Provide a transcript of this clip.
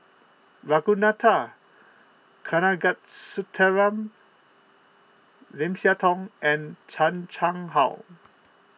Ragunathar Kanagasuntheram Lim Siah Tong and Chan Chang How